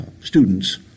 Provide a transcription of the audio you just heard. students